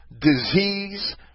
disease